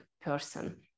person